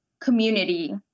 community